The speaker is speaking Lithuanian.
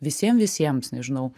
visiem visiems nežinau